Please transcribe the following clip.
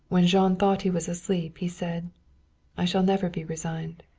when jean thought he was asleep, he said i shall never be resigned.